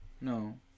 No